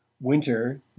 Winter